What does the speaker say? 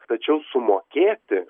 tačiau sumokėti